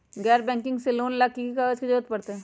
गैर बैंकिंग से लोन ला की की कागज के जरूरत पड़तै?